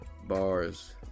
bars